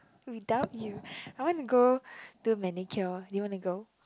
without you I want to go do manicure do you want to go